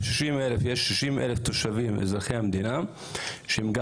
יש 60,000 תושבים אזרחי המדינה שהם גם